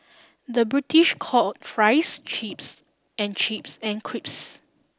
the British call fries chips and chips and crisps